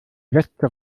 letzte